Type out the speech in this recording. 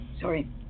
Sorry